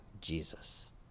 Jesus